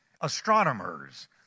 astronomers